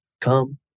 come